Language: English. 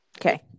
Okay